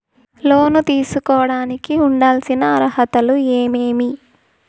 లోను తీసుకోడానికి ఉండాల్సిన అర్హతలు ఏమేమి?